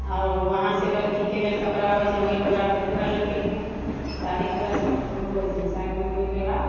आओर उहाँसँ लड़कीके लेल कपड़ा अबै छन्हि ओहे कपड़ा पहिनके लड़कीके शादीके रस्म शुरू होइ छनि शादी होइके बाद